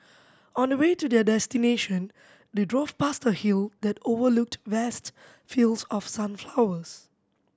on the way to their destination they drove past a hill that overlooked vast fields of sunflowers